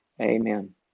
Amen